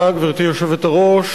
גברתי היושבת-ראש,